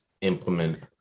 implement